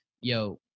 yo